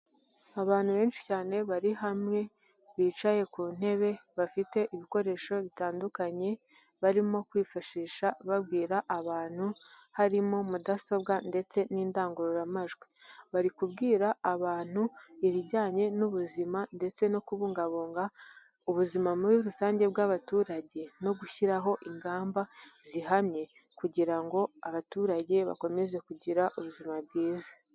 Abantu benshi cyane bari hamwe, bicaye ku ntebe, bafite ibikoresho bitandukanye, barimo kwifashisha babwira abantu, harimo mudasobwa ndetse n'indangururamajwi. Bari kubwira abantu ibijyanye n'ubuzima ndetse no kubungabunga ubuzima muri rusange bw'abaturage, no gushyiraho ingamba zihamye, kugira ngo abaturage bakomeze kugira ubuzima bwiza.